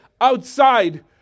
outside